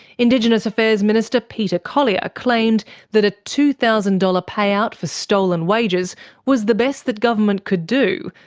indigenous affairs minister peter collier claimed that a two thousand dollars payout for stolen wages was the best that government could do,